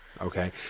Okay